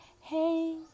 Hey